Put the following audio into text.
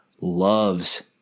loves